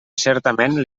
certament